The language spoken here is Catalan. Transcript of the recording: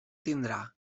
tindrà